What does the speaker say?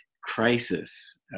crisis